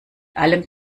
allem